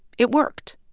it worked